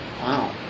Wow